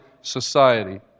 society